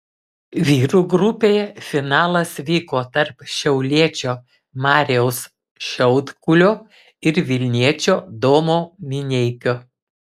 vyrų grupėje finalas vyko tarp šiauliečio mariaus šiaudkulio ir vilniečio domo mineikio